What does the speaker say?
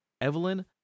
Evelyn